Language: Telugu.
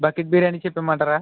బకెట్ బిర్యానీ చెప్పేయమంటారా